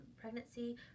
pregnancy